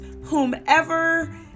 whomever